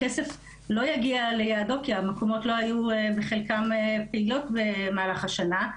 כסף לא יגיע ליעדו כי המקומות לא היו בחלקם פעילים במהלך השנה.